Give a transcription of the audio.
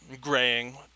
graying